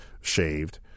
shaved